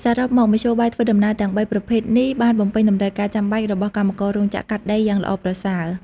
សរុបមក មធ្យោបាយធ្វើដំណើរទាំងបីប្រភេទនេះបានបំពេញតម្រូវការចាំបាច់របស់កម្មកររោងចក្រកាត់ដេរយ៉ាងល្អប្រសើរ។